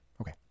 Okay